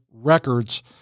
records